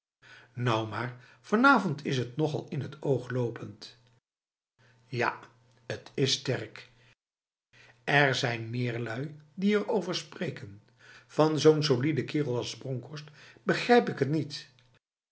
nou maar vanavond is het nogal in het oog lopend ja het is sterkf er zijn meer lui die erover spreken van zo'n solide kerel als bronkhorst begrijp ik het niet